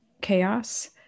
chaos